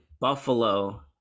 Buffalo